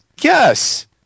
Yes